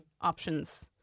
options